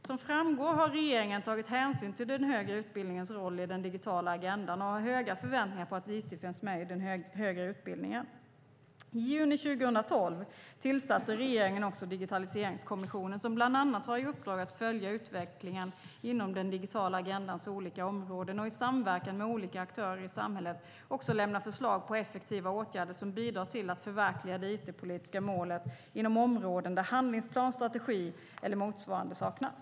Som framgår har regeringen tagit hänsyn till den högre utbildningens roll i den digitala agendan och har höga förväntningar på att it finns med i den högre utbildningen. I juni 2012 tillsatte regeringen också Digitaliseringskommissionen, som bland annat har i uppdrag att följa utvecklingen inom den digitala agendans olika områden och i samverkan med olika aktörer i samhället också lämna förslag på effektiva åtgärder som bidrar till att förverkliga det it-politiska målet inom områden där handlingsplan, strategi eller motsvarande saknas.